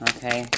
Okay